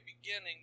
beginning